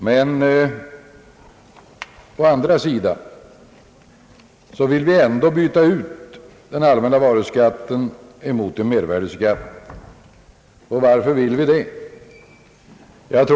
Men vi vill ändå byta ut den allmänna varuskatten mot en mervärdeskatt. Varför vill vi det?